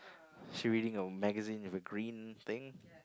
she reading a magazine with a green thing